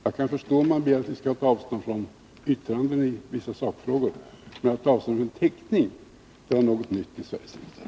Jag kan förstå om man begär att vi skall ta avstånd från yttranden i vissa sakfrågor, men att ta avstånd från en teckning — det var något nytt i Sveriges riksdag.